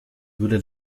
würde